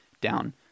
down